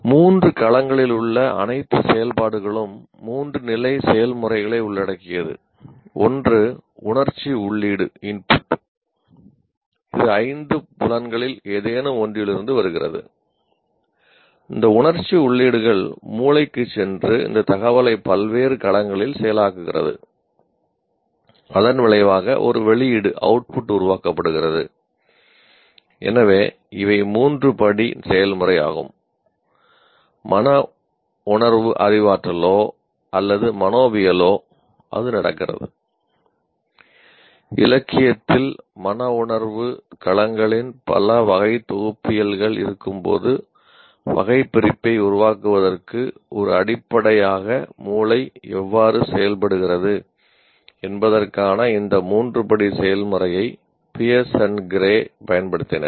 மூன்று களங்களில் உள்ள அனைத்து செயல்பாடுகளும் மூன்று நிலை செயல்முறைகளை உள்ளடக்கியது ஒன்று உணர்ச்சி உள்ளீடு பயன்படுத்தினர்